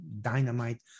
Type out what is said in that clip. dynamite